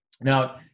now